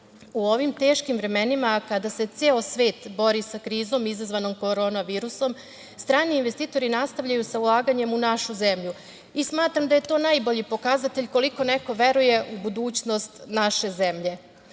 U ovim teškim vremenima kada se ceo svet bori sa krizom izazvanom korona virusom, strani investitori nastavljaju sa ulaganjem u našu zemlju. Smatram da je to najbolji pokazatelj koliko neko veruje u budućnost naše zemlje. Ukupan